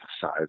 size